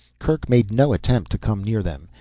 kerk made no attempt to come near them.